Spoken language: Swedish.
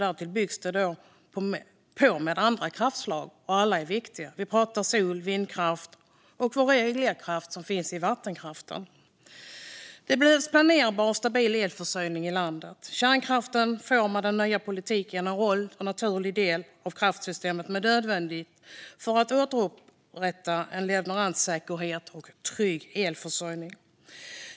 Därtill byggs det på med andra kraftslag, som alla är viktiga. Vi pratar sol och vindkraft och reglerkraften som finns i vattenkraften. Det behövs planerbar och stabil elförsörjning i landet. Kärnkraften får med den nya politiken en roll som en naturlig del av kraftsystemet som är nödvändig för att återupprätta leveranssäkerhet och trygg elförsörjning.